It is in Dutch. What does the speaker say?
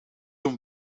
hem